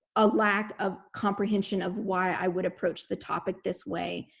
a lack of comprehension of why i would approach the topic this way.